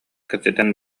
кэпсэтэн